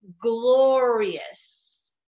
glorious